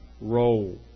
role